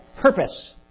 purpose